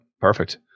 Perfect